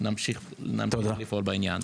נמשיך לפעול בעניין.